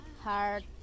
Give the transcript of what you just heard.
hard